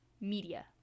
media